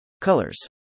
Colors